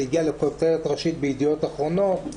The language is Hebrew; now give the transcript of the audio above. זה הגיע לכותרת ראשית בידיעות אחרונות,